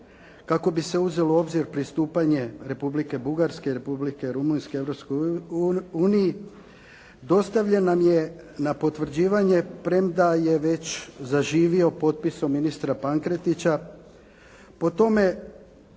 kako bi se uzelo u obzir pristupanje Republike Bugarske i Republike Rumunjske Europskoj uniji dostavljena nam je na potvrđivanje premda je već zaživio potpisom ministra Pankretića. Po tome